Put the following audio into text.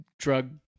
drug